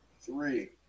Three